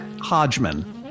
hodgman